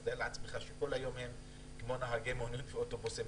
אז תאר לעצמך שכל היום הם כמו נהגי מונית ואוטובוס,